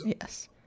Yes